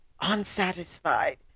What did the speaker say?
unsatisfied